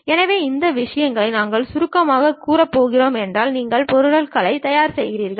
எனவே இந்த விஷயத்தை நாங்கள் சுருக்கமாகக் கூறப் போகிறீர்கள் என்றால் நீங்கள் பொருட்களைத் தயார் செய்கிறீர்கள்